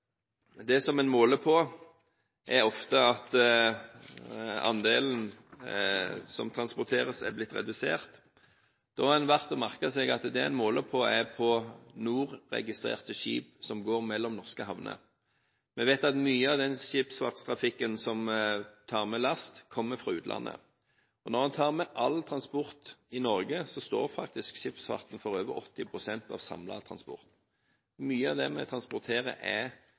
fordi det en måler på, er ofte at andelen som transporteres, er blitt redusert. Da er det verdt merke seg at det en måler på, er på NOR-registrerte skip som går mellom norske havner. Vi vet at mye av den skipsfartstrafikken som tar med last, kommer fra utlandet. Når en tar med all transport i Norge, står faktisk skipsfarten for over 80 pst. av samlet transport. Mye av det vi transporterer, er